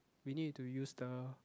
we need to use the